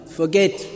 forget